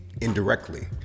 indirectly